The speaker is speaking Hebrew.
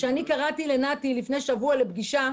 כשאני קראתי לנתי לפני שבוע לפגישה,